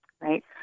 right